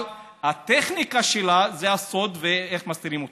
אבל הטכניקה שלה זה הסוד, ואיך מסתירים אותו.